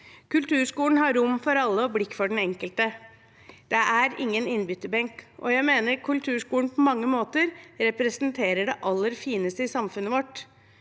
Kulturskolen har rom for alle og blikk for den enkelte. Det er ingen innbytterbenk. Jeg mener kulturskolen på mange måter representerer det aller fineste i samfunnet vårt.